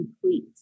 complete